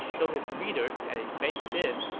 so his readers had a baked-in,